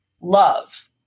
love